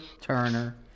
Turner